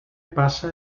passa